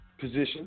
Position